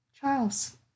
Charles